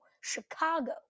chicago